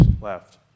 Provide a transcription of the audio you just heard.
left